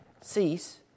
cease